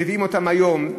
שמביאים אותם היום,